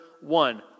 one